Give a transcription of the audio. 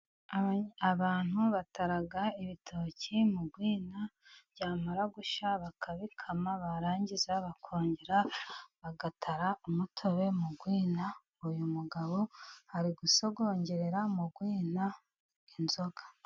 Abantu batara ibitoki mu rwina， byamara gushya bakabikama，barangiza bakongera bagatara umutobe mu rwina. Uyu mugabo ari gusogongerera mu rwina inzoga.